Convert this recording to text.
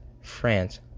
France